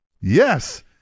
yes